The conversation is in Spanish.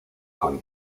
con